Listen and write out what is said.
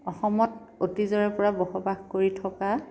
অসমত অতীজৰে পৰা পৰা বসবাস কৰি থকা